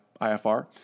IFR